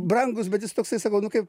brangus bet jis toksai sakau nu kaip